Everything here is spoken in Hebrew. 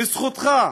בזכותך,